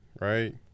right